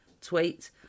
tweet